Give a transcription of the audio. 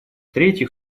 третьих